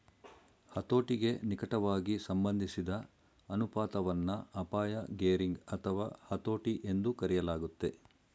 ಹತೋಟಿಗೆ ನಿಕಟವಾಗಿ ಸಂಬಂಧಿಸಿದ ಅನುಪಾತವನ್ನ ಅಪಾಯ ಗೇರಿಂಗ್ ಅಥವಾ ಹತೋಟಿ ಎಂದೂ ಕರೆಯಲಾಗುತ್ತೆ